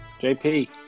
jp